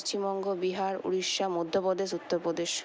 Paschimbanga Bihar Orissa Madhya Pradesh Uttar Pradesh